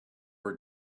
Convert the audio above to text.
were